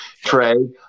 Trey